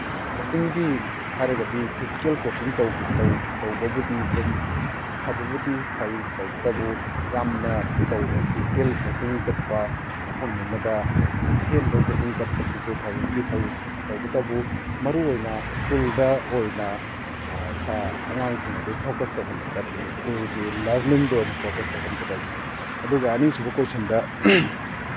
ꯀꯣꯆꯤꯡꯒꯤ ꯍꯥꯏꯔꯒꯗꯤ physical coaching ꯇꯧꯕꯕꯨꯗꯤ ꯑꯗꯨꯝ ꯐꯕꯕꯨꯗꯤ ꯐꯩ ꯇꯧꯕꯇꯕꯨ ꯌꯥꯝꯅ ꯐꯤꯖꯤꯀꯦꯜ ꯀꯣꯆꯤꯡ ꯆꯠꯄ ꯃꯐꯝ ꯑꯃꯗ ꯑꯍꯦꯟꯕ ꯀꯣꯆꯤꯡ ꯆꯠꯄꯁꯤꯁꯨ ꯐꯕꯕꯨꯗꯤ ꯐꯩ ꯇꯧꯕꯇꯕꯨ ꯃꯔꯨꯑꯣꯏꯅ ꯁ꯭ꯀꯨꯜꯗ ꯑꯣꯏꯅ ꯏꯁꯥ ꯑꯉꯥꯡꯁꯤꯡ ꯑꯗꯨ ꯐꯣꯀꯁ ꯇꯧꯍꯟꯒꯗꯕꯅꯤ ꯁ꯭ꯀꯨꯜꯒꯤ ꯂꯔꯅꯤꯡꯗ ꯑꯣꯏꯅ ꯐꯣꯀꯁ ꯇꯧꯍꯟꯒꯗꯕꯅꯤ ꯑꯗꯨꯒ ꯑꯅꯤꯁꯨꯕ ꯀꯣꯏꯁꯟꯗ